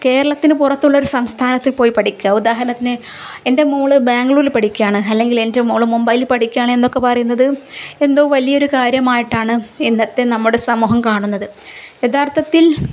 കേരളത്തിന് പുറത്തുള്ള ഒരു സംസ്ഥാനത്തിൽ പോയി പഠിക്കുക ഉദാഹരണത്തിന് എൻ്റെ മോൾ ബാംഗ്ലൂരിൽ പഠിക്കുകയാണ് അല്ലെങ്കിൽ എൻ്റെ മോൾ മുംബൈയിൽ പഠിക്കുകയാണ് എന്നൊക്കെ പറയുന്നത് എന്തോ വലിയൊരു കാര്യമായിട്ടാണ് ഇന്നത്തെ നമ്മുടെ സമൂഹം കാണുന്നത് യഥാർത്ഥത്തിൽ